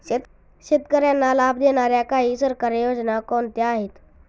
शेतकऱ्यांना लाभ देणाऱ्या काही सरकारी योजना कोणत्या आहेत?